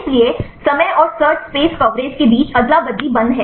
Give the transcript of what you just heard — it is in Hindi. इसलिए समय और सर्च स्पेस कवरेज के बीच अदला बदली बंद है